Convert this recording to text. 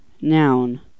Noun